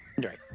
Right